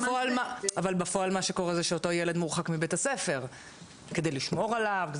אבל בפועל מה שקורה זה שאותו ילד מורחק מבית הספר כדי לשמור עליו.